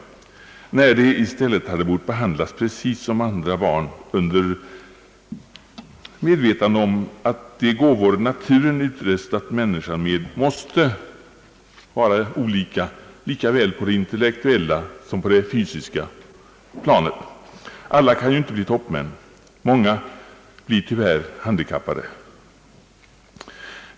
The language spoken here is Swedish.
Man borde i stället behandla dem precis som andra barn under medvetande om att de gåvor naturen utrustat människan med måste vara olika såväl på det intellektuella som på det fysiska planet. Alla kan ju inte bli toppmän; många blir tyvärr handikappade.